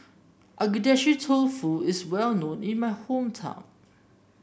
Agedashi Dofu is well known in my hometown